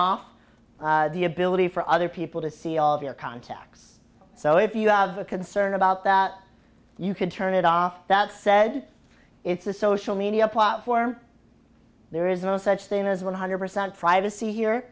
off the ability for other people to see all of your contacts so if you have a concern about that you could turn it off that said it's a social media platform there is no such thing as one hundred percent privacy here